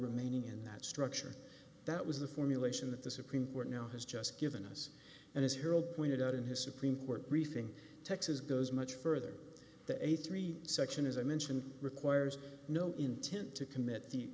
remaining in that structure that was the formulation that the supreme court now has just given us and as harold pointed out in his supreme court briefing texas goes much further than a three section as i mentioned requires no intent to commit the